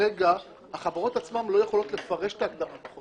כרגע החברות עצמן לא יכולות לפרש את ההגדרה בחוק.